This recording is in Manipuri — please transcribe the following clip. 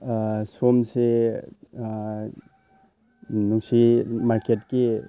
ꯁꯣꯝꯁꯦ ꯅꯨꯡꯁꯤ ꯃꯥꯔꯀꯦꯠꯀꯤ